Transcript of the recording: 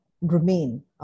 remain